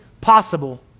possible